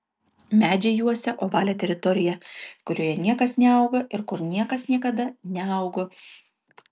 medžiai juosia ovalią teritoriją kurioje niekas neauga ir kur niekas niekada neaugo